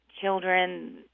children